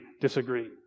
disagree